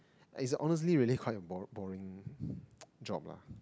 it's honestly really quite bor~ boring job lah